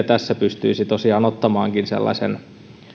tässä tosiaankin ottamaan sellaisen